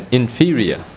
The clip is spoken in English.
inferior